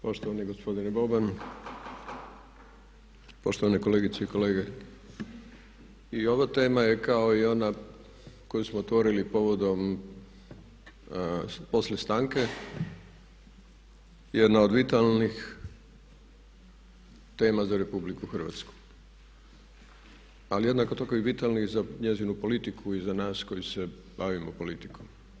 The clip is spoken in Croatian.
Poštovani gospodine Boban, poštovane kolegice i kolege i ova tema je kao i ona koju smo otvorili povodom poslije stanke jedna od vitalnih tema za RH, ali jednako tako i vitalna za njezinu politiku i za nas koji se bavimo politikom.